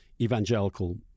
evangelical